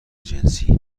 جنسی